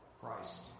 Christ